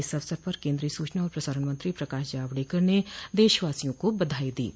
इस अवसर पर केन्द्रीय सूचना और प्रसारण मंत्री प्रकाश जावडेकर ने देशवासियों को बधाई दी हैं